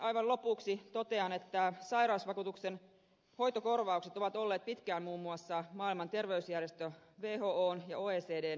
aivan lopuksi totean että sairausvakuutuksen hoitokorvaukset ovat olleet pitkään muun muassa maailman terveysjärjestön whon ja oecdn silmätikkuna